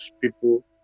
people